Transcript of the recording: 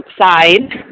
outside